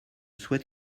souhaite